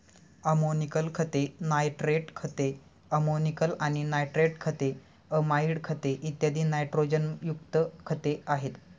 ammoniacal खते, nitrate खते, ammoniacal आणि नायट्रेट खते, अमाइड खते, इत्यादी नायट्रोजनयुक्त खते आहेत